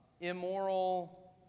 immoral